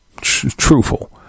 Truthful